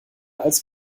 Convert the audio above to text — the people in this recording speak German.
als